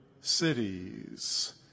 cities